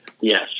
Yes